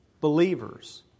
believers